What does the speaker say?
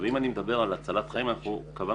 אם אני מדבר על הצלת חיים אנחנו קבענו